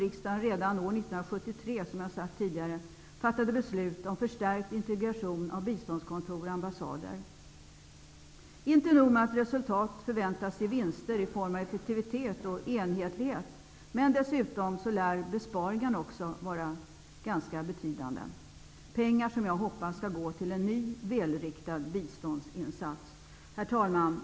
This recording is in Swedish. Riksdagen fattade, som jag tidigare sagt, redan år 1973 beslut om en förstärkt integration av biståndskontor och ambassader. Inte nog med att resultat förväntas ge vinster i form av effektivitet och enhetlighet -- besparingarna lär också bli ganska betydande, pengar som jag hoppas går till en ny välriktad biståndsinsats. Herr talman!